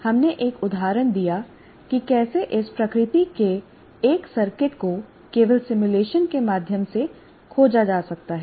हमने एक उदाहरण दिया कि कैसे इस प्रकृति के एक सर्किट को केवल सिमुलेशन के माध्यम से खोजा जा सकता है